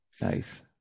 Nice